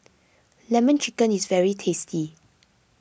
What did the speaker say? Lemon Chicken is very tasty